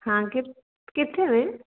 ਹਾਂ ਕਿ ਕਿੱਥੇ ਨੇ